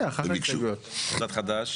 קבוצת חד"ש